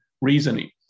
reasoning